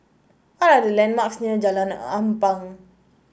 what are the landmarks near Jalan Ampang